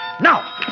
Now